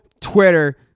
Twitter